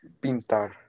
Pintar